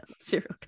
serial